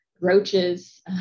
roaches